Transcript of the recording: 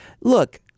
look